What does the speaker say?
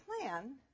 plan